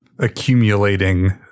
accumulating